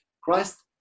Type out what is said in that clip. Christ